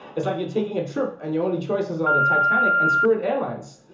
it's like you're taking a trip, and your only choices are the titanic and spirit airlines,